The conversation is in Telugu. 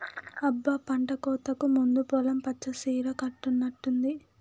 అబ్బ పంటకోతకు ముందు పొలం పచ్చ సీర కట్టుకున్నట్టుంది